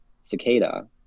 cicada